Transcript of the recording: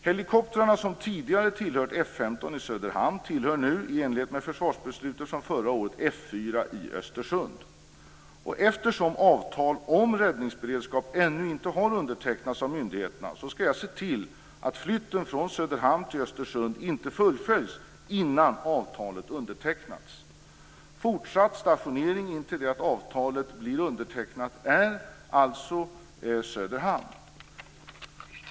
Helikoptrarna som tidigare tillhörde F 15 i Söderhamn tillhör nu i enlighet med försvarsbeslutet från förra året F 4 i Östersund. Eftersom avtal om räddningsberedskap ännu inte har undertecknats av myndigheterna skall jag se till att flytten från Söderhamn till Östersund inte fullföljs innan avtalet undertecknats. Fortsatt stationering intill det att avtalet blir undertecknat är alltså Söderhamn.